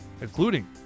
including